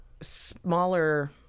smaller